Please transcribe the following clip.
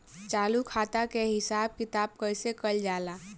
चालू खाता के हिसाब किताब कइसे कइल जाला?